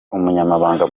umunyamabanga